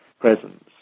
presence